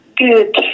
good